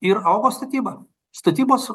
ir augo statyba statybos